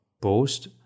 post